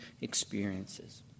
experiences